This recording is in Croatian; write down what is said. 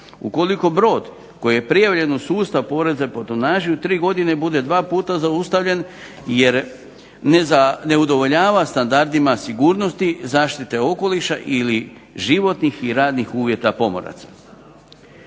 Ukoliko brod koji je prijavljen u sustav poreza po tonaži, u tri godine bude dva puta zaustavljen ne udovoljava standardima sigurnosti zaštite okoliša ili životnih i radnih uvjeta pomoraca.